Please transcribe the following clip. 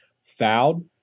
fouled